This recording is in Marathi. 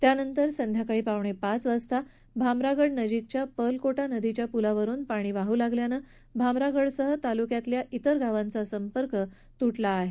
त्यानंतर संध्याकाळी पावणेपाच वाजता भामरागडनजीकच्या पर्लकोटा नदीच्या पुलावरुन पाणी वाहू लागल्यानं भामरागडसह तालुक्यातल्या अन्य गावांचा संपर्क बाह्य जगताशी तुटला आहे